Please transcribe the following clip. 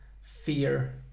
fear